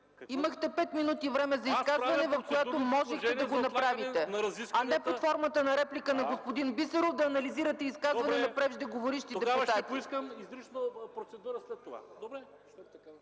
Имахте пет минути време за изказване, в което можехте да го направите, а не под формата на реплика на господин Бисеров да анализирате изказвания на преждеговоривши депутати. ЧЕТИН КАЗАК: Добре, тогава ще искам изрично процедура след това, добре.